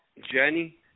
Jenny